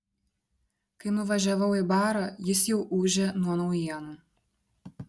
kai nuvažiavau į barą jis jau ūžė nuo naujienų